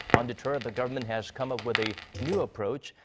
undeterred, the government has come up with a new approach.